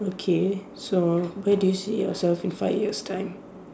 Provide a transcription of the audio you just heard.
okay so where do you see yourself in five years' time